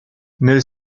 nel